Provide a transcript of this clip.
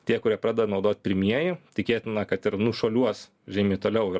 tie kurie pradeda naudoti pirmieji tikėtina kad ir nušuoliuos žymiai toliau ir